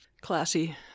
Classy